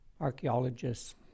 archaeologists